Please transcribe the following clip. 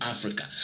Africa